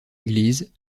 église